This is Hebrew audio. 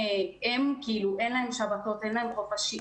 אין להם שבתות, אין להם חופשים.